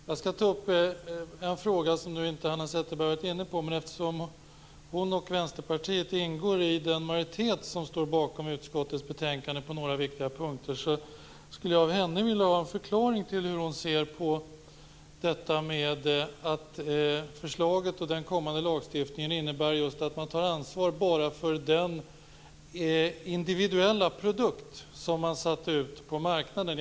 Jag skall ta upp en fråga som Hanna Zetterberg inte har varit inne på, men eftersom hon och Vänsterpartiet ingår i den majoritet som står bakom utskottets hemställan på några viktiga punkter skulle jag av henne vilja ha en förklaring till hur hon ser på att förslaget och den kommande lagstiftningen innebär att man tar ansvar bara för den individuella produkt som sätts ut på marknaden.